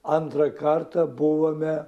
antrą kartą buvome